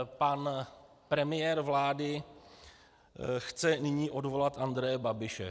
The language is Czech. Pan premiér vlády chce nyní odvolat Andreje Babiše.